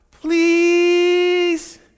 Please